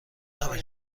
همه